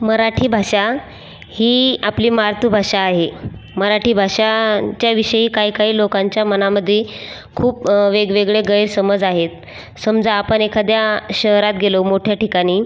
मराठी भाषा ही आपली मार्तूभाषा आहे मराठी भाषांच्याविषयी काई काई लोकांच्या मनामधे खूप वेगवेगळे गैरसमज आहेत समजा आपन एखाद्या शहरात गेलो मोठ्या ठिकानी